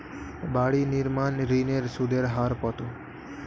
বাড়ি নির্মাণ ঋণের সুদের হার কত?